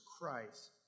Christ